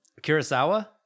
Kurosawa